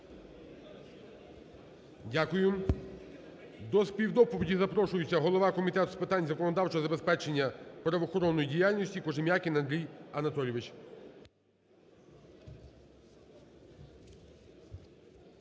Дякую. До співдоповіді запрошується голова Комітету з питань законодавчого забезпечення правоохоронної діяльності Кожем'якін Андрій Анатолійович.